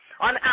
on